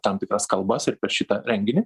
tam tikras kalbas ir per šitą renginį